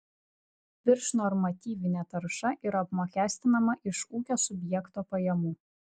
viršnormatyvinė tarša yra apmokestinama iš ūkio subjekto pajamų